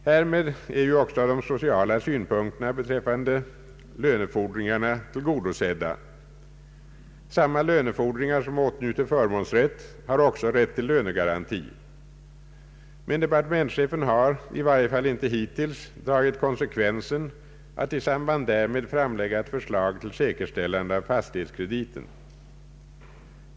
Härmed är de sociala synpunkterna beträffande lönefordringarna tillgodosedda. Samma lönefordringar som åtnjuter förmånsrätt har också rätt till lönegaranti. Men departementschefen har inte, i varje fall inte hittills, dragit konsekvenserna att i samband därmed framlägga förslag till säkerställande av = fastighetskrediten.